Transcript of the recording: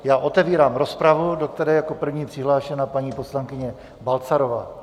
Já otevírám rozpravu, do které je jako první přihlášená paní poslankyně Balcarová.